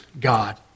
God